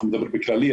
אנחנו מדברים בכללי,